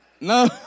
No